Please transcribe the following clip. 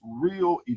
real